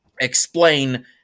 explain